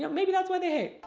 maybe that's why they hate.